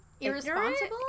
irresponsible